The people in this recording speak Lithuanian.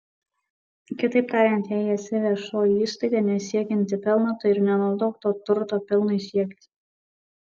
kitaip tariant jei esi viešoji įstaiga nesiekianti pelno tai ir nenaudok to turto pelnui siekti